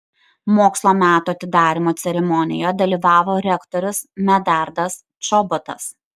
mokslo metų atidarymo ceremonijoje dalyvavo rektorius medardas čobotas